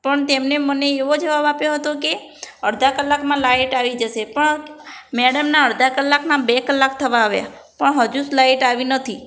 પણ તેમને મને એવો જવાબ આપ્યો હતો કે અડધા કલાકમાં લાઇટ આવી જશે પણ મેડમના અડધા કલાકના બે કલાક થવા આવ્યા પણ હજુ લાઇટ આવી નથી